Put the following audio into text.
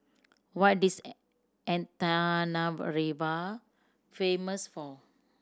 what is Antananarivo famous for